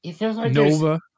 Nova